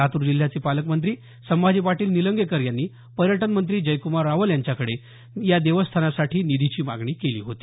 लातूर जिल्ह्याचे पालकमंत्री संभाजी पाटील निलंगेकर यांनी पर्यटन मंत्री जयकुमार रावल यांच्याकडे देवस्थानसाठी निधीची मागणी केली होती